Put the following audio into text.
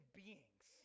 beings